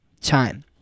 time